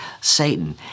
Satan